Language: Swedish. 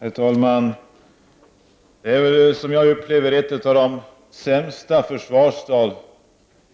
Herr talman! Det var, som jag upplever det, ett av de sämsta försvarstal som